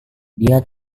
dia